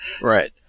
Right